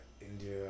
India